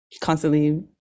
constantly